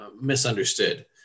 misunderstood